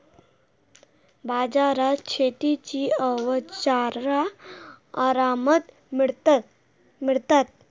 बाजारात शेतीची अवजारा आरामात मिळतत